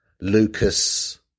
Lucas